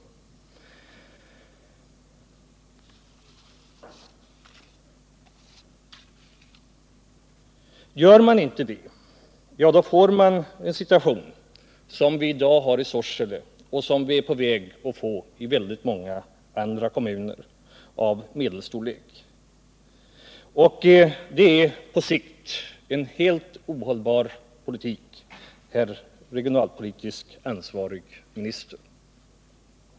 Hjälper man inte de små orterna, uppstår en situation som den i Sorsele och som är på väg i många andra kommuner av medelstorlek. Det är en på sikt helt ohållbar politik, herr regionalpolitiskt ansvarige minister.